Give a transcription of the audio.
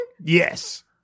Yes